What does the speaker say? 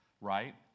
right